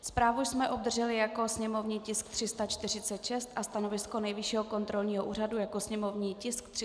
Zprávu jsme obdrželi jako sněmovní tisk 346 a stanovisko Nejvyššího kontrolního úřadu jako sněmovní tisk 346/2.